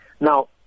Now